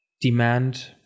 demand